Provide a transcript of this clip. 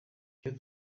icyo